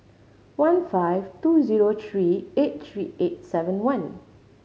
one five two zero three eight three eight seven one